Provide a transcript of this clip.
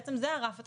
בעצם זה הרף התחתון.